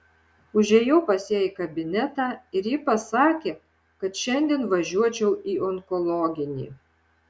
užėjau pas ją į kabinetą ir ji pasakė kad šiandien važiuočiau į onkologinį